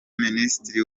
minisitiri